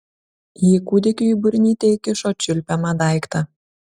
ji kūdikiui į burnytę įkišo čiulpiamą daiktą